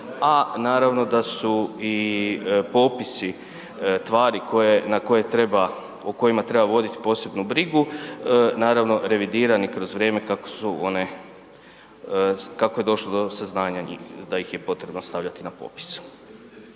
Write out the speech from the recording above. a naravno da su i popisi tvari na koje treba, o kojima treba voditi posebnu brigu, naravno, revidirani kroz vrijeme kako su one, kako je došlo do saznanja da ih je potrebno stavljati na popis.